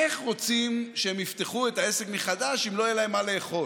איך רוצים שהם יפתחו את העסק מחדש אם לא יהיה להם מה לאכול?